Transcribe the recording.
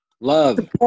Love